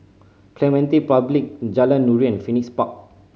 Clementi Public Jalan Nuri and Phoenix Park